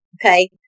Okay